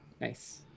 Nice